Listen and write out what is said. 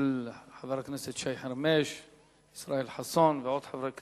של חברי הכנסת ישראל חסון ויצחק